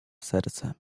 serce